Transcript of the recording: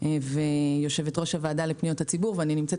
כספים ויושבת-ראש הוועדה לפניות הציבורית ואני נמצאת